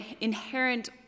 inherent